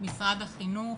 משרד החינוך,